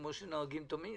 כמו שנוהגים תמיד.